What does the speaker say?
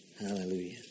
Hallelujah